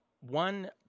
One